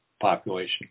population